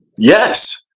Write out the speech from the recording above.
yes,